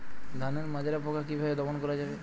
ধানের মাজরা পোকা কি ভাবে দমন করা যাবে?